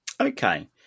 Okay